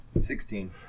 Sixteen